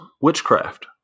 witchcraft